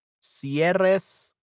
Cierres